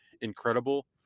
incredible